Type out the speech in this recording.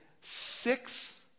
Six